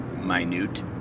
minute